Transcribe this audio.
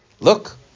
Look